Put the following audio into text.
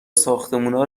ساختمونا